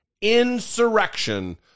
insurrection